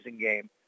game